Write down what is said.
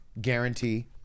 guarantee